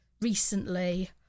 recently